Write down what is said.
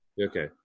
Okay